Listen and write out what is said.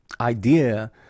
idea